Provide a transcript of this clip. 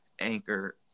Anchor